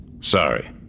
Sorry